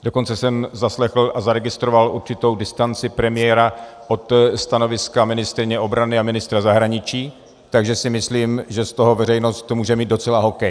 Dokonce jsem zaslechl a zaregistroval určitou distanci premiéra od stanoviska ministryně obrany a ministra zahraničí, takže si myslím, že z toho veřejnost může mít docela hokej.